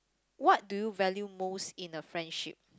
what do you value most in a friendship